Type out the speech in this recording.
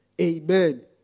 Amen